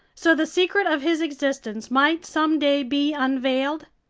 so the secret of his existence might someday be unveiled?